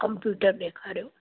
computer ॾेखारियो